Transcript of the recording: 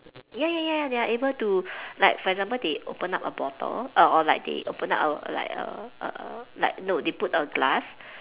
ya ya ya they are able to like for example they open up a bottle uh or like they open up a like a uh like no they put a glass